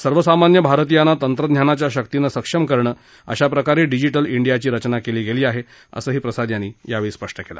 सर्वसामान्य भारतीयांना तंत्रज्ञानाच्या शक्तीनं सक्षम करणं अशा प्रकारे डिजीटल डियाची रचना केली गेली आहे असंही प्रसाद यावेळी म्हणाले